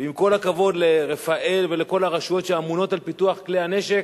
ועם כל הכבוד לרפא"ל ולכל הרשויות שאמונות על פיתוח כלי הנשק,